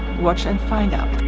watch and find out.